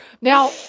Now